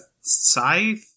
scythe